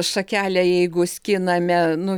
šakelę jeigu skiname nu